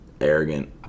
arrogant